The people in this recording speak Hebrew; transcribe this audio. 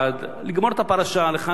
נגמור את הפרשה לכאן ולכאן,